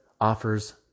offers